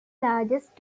largest